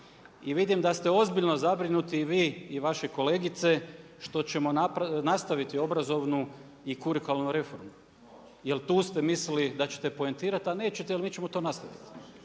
I vidim da ste ozbiljno zabrinuti i vi i vaše kolegice što ćemo nastaviti obrazovnu i kurikularnu reformu jer tu ste mislili da ćete poentirati ali nećete jer mi ćemo tu nastaviti.